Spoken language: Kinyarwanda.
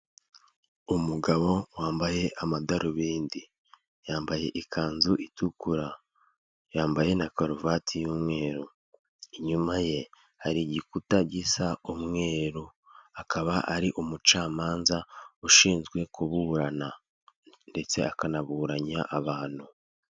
Umugabo wambaye amadarubindi, yambaye ikanzu itukura yambaye na karuvati y'umweru inyuma ye hari igikuta gisa umweru akaba ari umucamanza ushinzwe kuburana ndetse akanaburanya abantu.